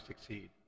succeed